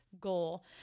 Goal